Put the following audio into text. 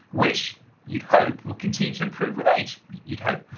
which you'd hope would continue to improve with age, you'd hope.